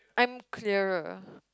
I'm clearer